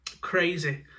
crazy